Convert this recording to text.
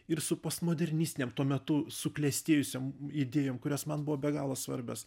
ir su postmodernistinėm tuo metu suklestėjusiom idėjom kurios man buvo be galo svarbios